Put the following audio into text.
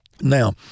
Now